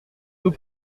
peut